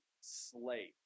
slave